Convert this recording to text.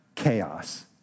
chaos